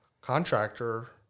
contractor